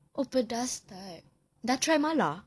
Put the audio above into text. oh pedas type sudah try mala